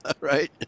right